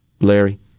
Larry